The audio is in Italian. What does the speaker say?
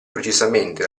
precisamente